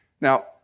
Now